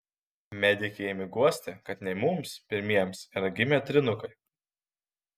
medikė ėmė guosti kad ne mums pirmiems yra gimę trynukai